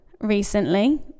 recently